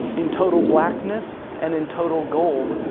in total blackness and in total gold,